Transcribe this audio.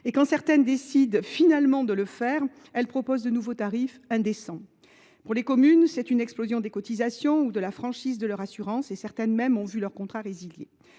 Quand certains décident finalement de le faire, ils proposent de nouveaux tarifs indécents. Les communes subissent une explosion de leurs cotisations ou de la franchise de leur assurance. Certaines ont même vu leur contrat résilié.